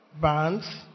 bands